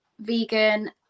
vegan